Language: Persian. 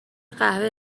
قهوه